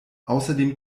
außerdem